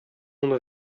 monde